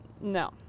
No